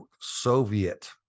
soviet